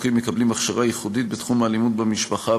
החוקרים מקבלים הכשרה ייחודית בתחום האלימות במשפחה,